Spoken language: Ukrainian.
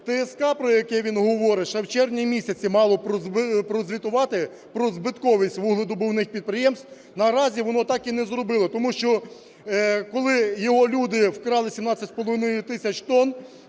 ТСК, про яку він говорить, ще в червні місяці мала б прозвітувати про збитковість вугледобувних підприємств. Наразі вона так і не зробило, тому що коли його люди вкрали 17,5 тисяч тонн,